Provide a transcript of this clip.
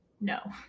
no